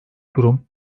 durum